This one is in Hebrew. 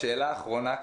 שאלה אחרונה,